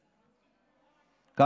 לא.